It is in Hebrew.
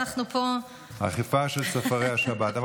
אכיפה של צופרי השבת.